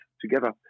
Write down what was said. together